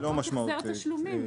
רק החזר תשלומים.